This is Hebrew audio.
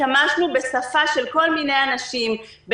השתמשנו בשפה של כל מיני אנשים,